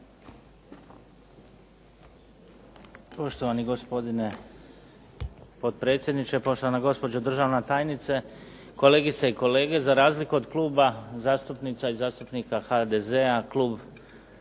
Poštovani gospodine potpredsjedniče, poštovana gospođo državna tajnice, kolegice i kolege. Za razliku od Kluba zastupnica i zastupnika HDZ-a klub